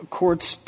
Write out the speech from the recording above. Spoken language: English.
courts